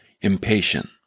impatient